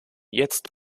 jetzt